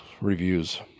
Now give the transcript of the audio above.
reviews